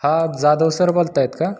हा जादव सर बोलत आहेत का